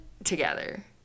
together